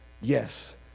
yes